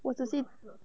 我只记